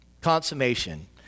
Consummation